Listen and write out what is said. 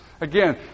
Again